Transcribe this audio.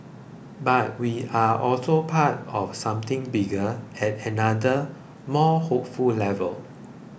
but we are also part of something bigger at another more hopeful level